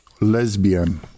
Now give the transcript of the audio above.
lesbian